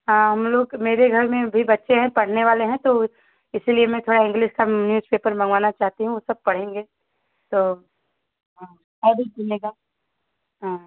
हाँ हम लोग के मेरे घर में भी बच्चे हैं पढ़ने वाले हैं तो इसलिए मैं कह इंग्लिश का न्यूजपेपर मंगवाना चाहती हूँ सब पढ़ेंगे तो हाँ और भी किनने का हाँ